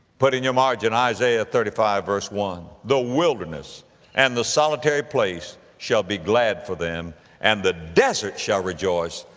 put in your margin isaiah thirty five verse one, the wilderness and the solitary place shall be glad for them and the desert shall rejoice,